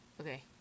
okay